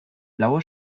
blaue